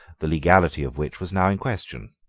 the legality of which was now in question.